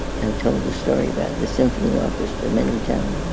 i'm told the story about the symphony orchestra, many